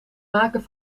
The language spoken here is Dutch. maken